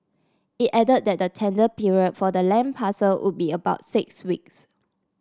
it added that the tender period for the land parcel would be about six weeks